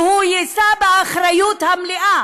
והוא יישא באחריות המלאה